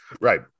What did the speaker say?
Right